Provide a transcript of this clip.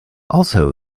also